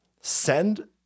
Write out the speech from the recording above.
Send